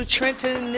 Trenton